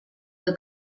the